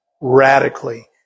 radically